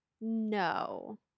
no